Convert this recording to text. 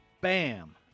bam